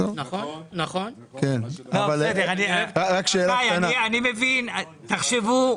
רבותיי, תחשבו.